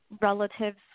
relative's